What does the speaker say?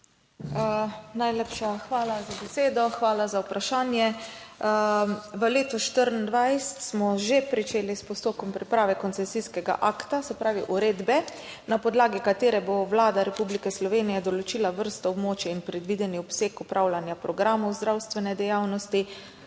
Najlepša hvala za besedo. Hvala za vprašanje. V letu 2024 smo že pričeli s postopkom priprave koncesijskega akta, se pravi uredbe, na podlagi katere bo Vlada Republike Slovenije določila vrsto območij in predvideni obseg opravljanja programov zdravstvene dejavnosti,